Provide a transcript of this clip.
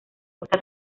costa